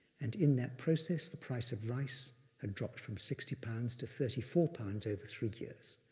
and in that process, the price of rice had dropped from sixty pounds to thirty four pounds over three years.